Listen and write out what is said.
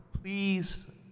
please